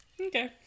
Okay